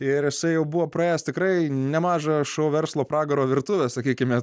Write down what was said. ir jisai jau buvo praėjęs tikrai nemažą šou verslo pragaro virtuvę sakykime